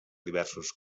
diversos